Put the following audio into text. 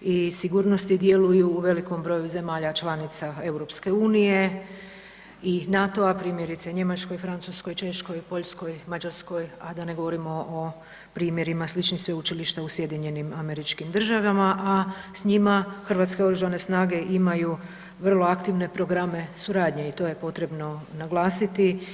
i sigurnosti, dijelu i u velikom broju zemalja članica EU i NATO-a, primjerice Njemačkoj, Francuskoj, Češkoj i Poljskoj, Mađarskoj, a da ne govorimo o primjerima sličnih sveučilišta u SAD-u, a s njima hrvatske oružane snage imaju vrlo aktive programe suradnje i to je potrebno naglasiti.